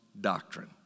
doctrine